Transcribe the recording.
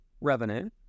revenue